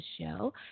show